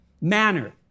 manner